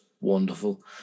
wonderful